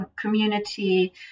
community